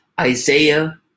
Isaiah